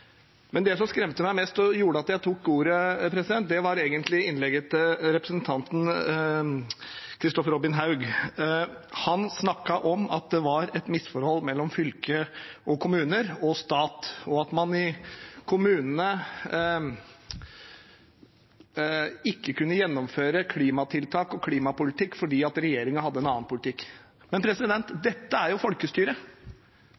Det som imidlertid skremte meg mest og gjorde at jeg tok ordet, var innlegget til representanten Kristoffer Robin Haug. Han snakket om at det var et misforhold mellom fylker og kommuner og stat, og at man i kommunene ikke kunne gjennomføre klimatiltak og klimapolitikk fordi regjeringen hadde en annen politikk. Men